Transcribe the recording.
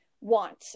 want